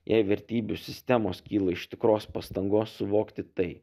jei vertybių sistemos kyla iš tikros pastangos suvokti tai